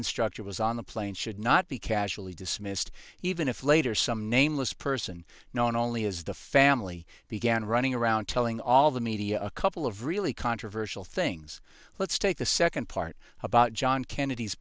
instructor was on the plane should not be casually dismissed even if later some nameless person known only as the family began running around telling all the media a couple of really controversial things let's take the second part about john kennedy